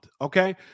Okay